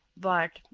bart,